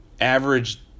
average